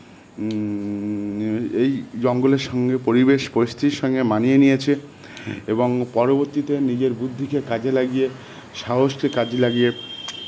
এই জঙ্গলের সঙ্গে পরিবেশ পরিস্থিতির সঙ্গে মানিয়ে নিয়েছে এবং পরবর্তীতে নিজের বুদ্ধিকে কাজে লাগিয়ে সাহসকে কাজে লাগিয়ে